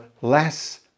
less